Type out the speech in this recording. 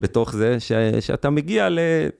בתוך זה שאתה מגיע ל...